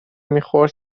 میخورد